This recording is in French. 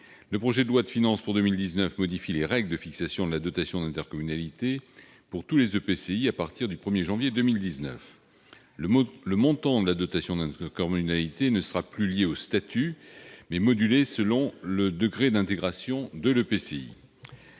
Le projet de loi de finances pour 2019 modifie les règles de fixation de la dotation d'intercommunalité pour tous les EPCI à partir du 1 janvier 2019. Le montant de cette dotation ne sera plus lié au statut, mais sera modulé selon le degré d'intégration de l'EPCI.